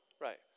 Right